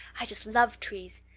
i just love trees.